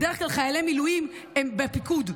בדרך כלל חיילי מילואים הם בפיקוד,